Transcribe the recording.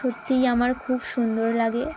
সত্যিই আমার খুব সুন্দর লাগে